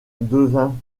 devint